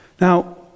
Now